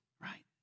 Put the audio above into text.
right